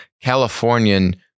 Californian